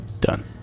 done